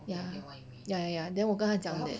ya ya ya ya then 我跟他讲 that